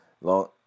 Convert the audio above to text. Long